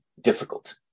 difficult